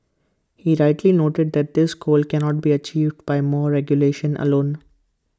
he rightly noted that this goal cannot be achieved by more regulation alone